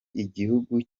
igihugu